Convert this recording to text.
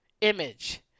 image